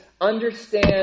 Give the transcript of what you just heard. understand